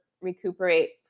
recuperate